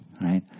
Right